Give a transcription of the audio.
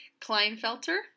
Kleinfelter